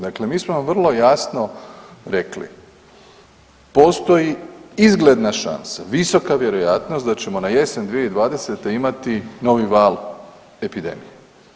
Dakle, mi smo vam vrlo jasno rekli postoji izgledna šansa, visoka vjerojatnost da ćemo na jesen 2020. imati novi val epidemije.